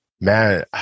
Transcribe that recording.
man